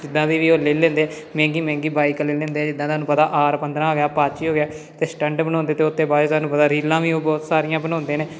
ਜਿੱਦਾਂ ਦੀ ਵੀ ਉਹ ਲੇ ਲੈਂਦੇ ਮਹਿੰਗੀ ਮਹਿੰਗੀ ਬਾਈਕ ਲੇ ਲੈਂਦੇ ਜਿੱਦਾਂ ਤੁਹਾਨੂੰ ਪਤਾ ਆਰ ਪੰਦਰਾਂ ਹੋ ਗਿਆ ਅਪਾਚੀ ਹੋ ਗਿਆ ਅਤੇ ਸਟੰਟ ਬਣਾਉਂਦੇ ਅਤੇ ਉੱਥੇ ਬਾ ਤੁਹਾਨੂੰ ਪਤਾ ਰੀਲਾਂ ਵੀ ਬਹੁਤ ਸਾਰੀਆਂ ਬਣਾਉਂਦੇ ਨੇ